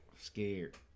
scared